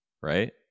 right